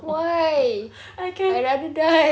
why I rather die